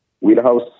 Wheelhouse